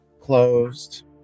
closed